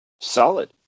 Solid